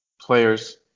players –